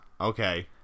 okay